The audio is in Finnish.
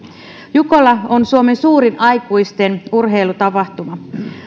jukola on suomen suurin aikuisten urheilutapahtuma